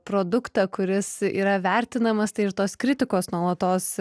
produktą kuris yra vertinamas tai ir tos kritikos nuolatos